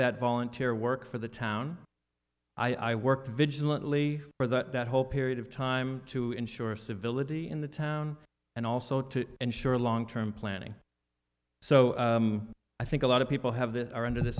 that volunteer work for the town i worked vigilantly for that that whole period of time to ensure civility in the town and also to ensure long term planning so i think a lot of people have this are under th